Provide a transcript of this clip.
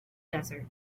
desert